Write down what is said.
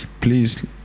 Please